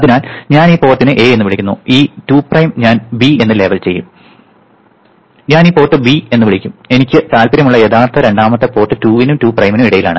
അതിനാൽ ഞാൻ ഈ പോർട്ടിനെ A എന്ന് വിളിക്കുന്നു ഈ 2 പ്രൈം ഞാൻ B എന്ന് ലേബൽ ചെയ്യും ഞാൻ ഈ പോർട്ട് B എന്ന് വിളിക്കും എനിക്ക് താൽപ്പര്യമുള്ള യഥാർത്ഥ രണ്ടാമത്തെ പോർട്ട് 2 നും 2 പ്രൈമിനും ഇടയിലാണ്